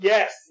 Yes